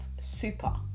super